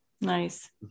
nice